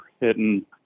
hitting